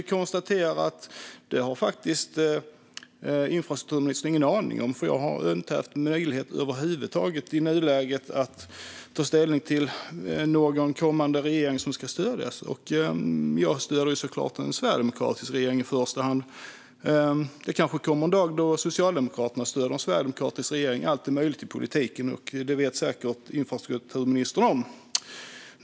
Jag konstaterar dock att infrastrukturministern inte har någon aning om det, för jag har i nuläget över huvud taget inte haft någon möjlighet att ta ställning till en kommande regering som ska stödjas. Jag stöder i första hand såklart en sverigedemokratisk regering. Det kommer kanske en dag då Socialdemokraterna stöder en sverigedemokratisk regering. Allt är möjligt i politiken. Det vet säkert infrastrukturministern om.